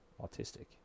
autistic